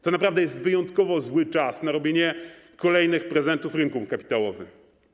To naprawdę jest wyjątkowo zły czas na robienie kolejnych prezentów rynkom kapitałowym.